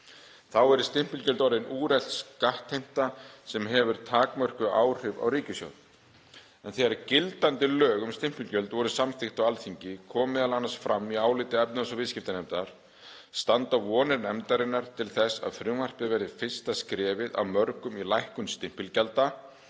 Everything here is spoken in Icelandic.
Þá eru stimpilgjöld orðin úrelt skattheimta sem hefur takmörkuð áhrif á ríkissjóð. Þegar gildandi lög um stimpilgjöld voru samþykkt á Alþingi kom m.a. fram í áliti efnahags- og viðskiptanefndar: „Standa vonir nefndarinnar til þess að frumvarpið verði fyrsta skrefið af mörgum í lækkun stimpilgjalda